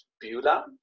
Beulah